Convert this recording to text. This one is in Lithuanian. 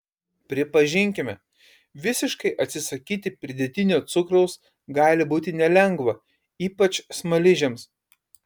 pripažinkime visiškai atsisakyti pridėtinio cukraus gali būti nelengva ypač smaližiams